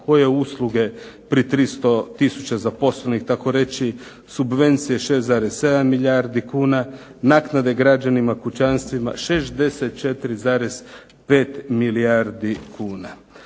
Koje usluge? Pred 300 tisuća zaposlenih tako reći. Subvencije 6,7 milijardi kuna, naknade građanima kućanstvima 64,5 milijardi kuna.